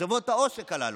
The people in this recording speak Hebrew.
חברות העושק הללו.